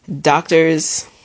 doctors